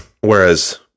whereas